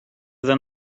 than